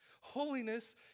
Holiness